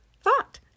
thought